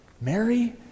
Mary